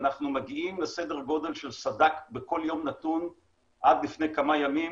אנחנו מגיעים לסדר גודל של סד"כ בכל יום נתון עד לפני כמה ימים